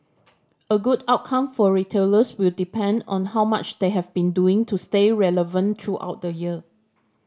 a good outcome for retailers will depend on how much they have been doing to stay relevant throughout the year